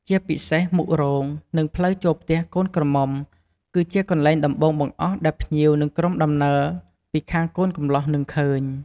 ជាពិសេសមុខរោង និងផ្លូវចូលទៅផ្ទះកូនក្រមុំ គឺជាកន្លែងដំបូងបង្អស់ដែលភ្ញៀវ និងក្រុមដំណើរពីខាងកូនកំលោះនឹងឃើញ។